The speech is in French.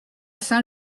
saint